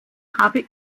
habe